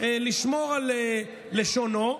לשמור על לשונו,